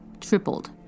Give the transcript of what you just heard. tripled